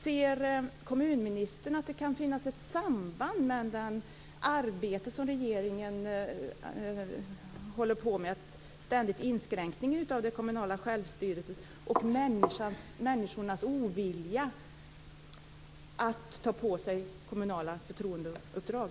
Ser kommunministern att det kan finnas ett samband mellan det arbete som regeringen håller på med - en ständig inskränkning av den kommunala självstyrelsen - och människornas ovilja att ta på sig kommunala förtroendeuppdrag?